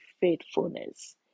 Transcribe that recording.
faithfulness